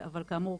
אבל כאמור,